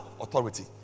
authority